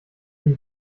sie